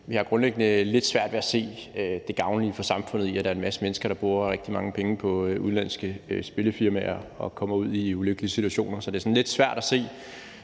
vi har grundlæggende lidt svært ved at se det gavnlige for samfundet i, at der er en masse mennesker, der bruger rigtig mange penge på udenlandske spilfirmaer og kommer ud i ulykkelige situationer. Så det er sådan lidt svært at se